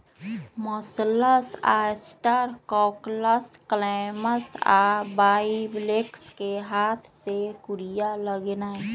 mussels, oyster, cockles, clams आ bivalves कें हाथ से कूरिया लगेनाइ